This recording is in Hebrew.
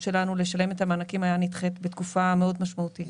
שלנו לשלם את המענקים הייתה נדחית בתקופה מאוד משמעותית.